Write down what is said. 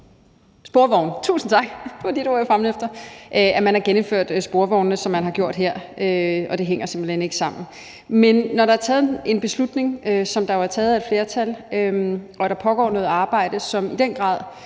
i den grad har genindført de her, hvad hedder det, ja, sporvogne, som man har gjort her, og det hænger simpelt hen ikke sammen. Men når der er taget en beslutning, som der jo er taget af et flertal, og der pågår noget arbejde, som i den grad